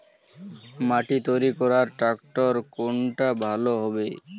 মাটি তৈরি করার ট্রাক্টর কোনটা ভালো হবে?